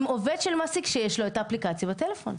עם עובד של מעסיק שיש לו את האפליקציה בטלפון.